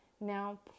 Now